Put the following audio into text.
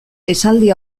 esaldi